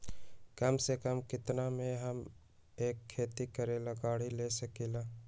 कम से कम केतना में हम एक खेती करेला गाड़ी ले सकींले?